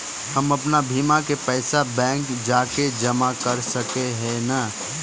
हम अपन बीमा के पैसा बैंक जाके जमा कर सके है नय?